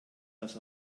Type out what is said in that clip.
das